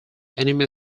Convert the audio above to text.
anime